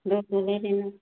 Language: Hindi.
दो सौ दे देना